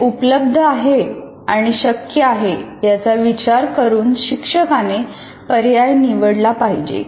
जे उपलब्ध आहे आणि शक्य आहे याचा विचार करून शिक्षकाने पर्याय निवडला पाहिजे